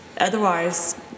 otherwise